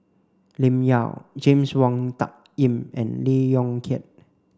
Lim Yau James Wong Tuck Yim and Lee Yong Kiat